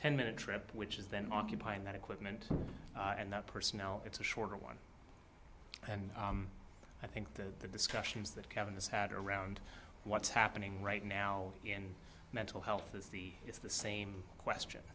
ten minute trip which is then occupying that equipment and personnel it's a shorter one and i think that the discussions that kevin has had around what's happening right now in mental health is the it's the same question